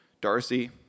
Darcy